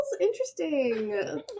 Interesting